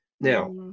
Now